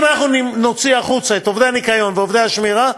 אם אנחנו נוציא את עובדי הניקיון ועובדי השמירה,